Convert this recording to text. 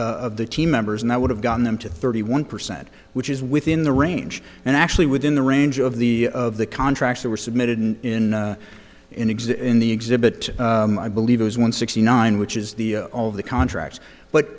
of the team members and that would have gotten them to thirty one percent which is within the range and actually within the range of the of the contracts that were submitted in in exit in the exhibit i believe it was one sixty nine which is the all of the contracts but